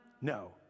no